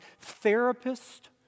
therapist